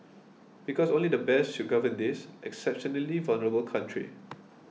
because only the best should govern this exceptionally vulnerable country